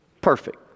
perfect